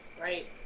Right